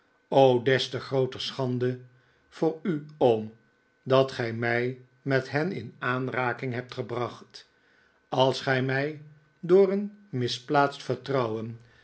o des te grooter schande voor u oom dat gij mij met hen in aanraking hebt gebracht als gij mij door een misplaatst vertrouwen